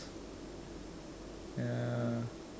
ya